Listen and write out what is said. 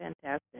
fantastic